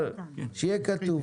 אבל שיהיה כתוב.